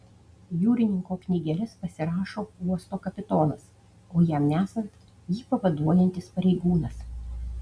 jūrininko knygeles pasirašo uosto kapitonas o jam nesant jį pavaduojantis pareigūnas